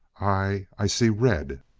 i i see red.